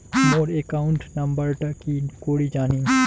মোর account নাম্বারটা কি করি জানিম?